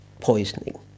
poisoning